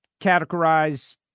Categorize